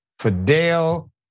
Fidel